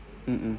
mmhmm